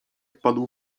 wpadł